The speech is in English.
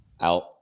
out